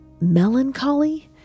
melancholy